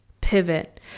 pivot